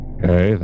Okay